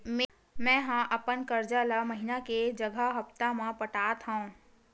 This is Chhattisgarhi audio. मेंहा अपन कर्जा ला महीना के जगह हप्ता मा पटात हव